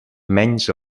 menys